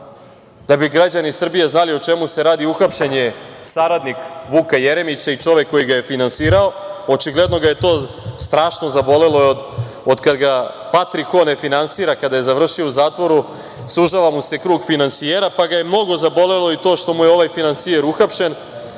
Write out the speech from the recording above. da bi građani Srbije znali o čemu se radi, uhapšen je saradnik Vuka Jeremića i čovek koji ga je finansirao, očigledno ga je to strašno zabolelo jer od kad ga Patrik Ho ne finansira, kada je završio u zatvoru, sužava mu se krug finansijera, pa ga je mnogo zabolelo to što mu je ovaj finansijer uhapšen,